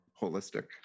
holistic